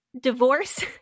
divorce